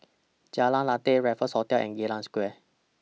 Jalan Lateh Raffles Hotel and Geylang Square